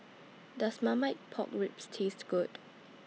Does Marmite Pork Ribs Taste Good